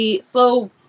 slow